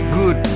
good